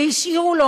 ומה השאירו לו?